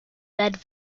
read